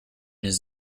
his